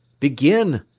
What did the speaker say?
begin!